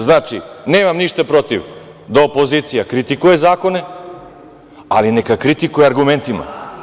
Znači, nemam ništa protiv da opozicija kritikuje zakone, ali neka kritikuje argumentima.